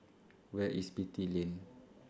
Where IS Beatty Lane